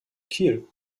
kiel